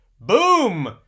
Boom